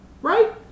right